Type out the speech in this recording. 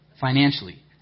Financially